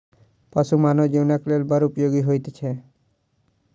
पशु मानव जीवनक लेल बड़ उपयोगी होइत छै